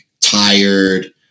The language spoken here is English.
tired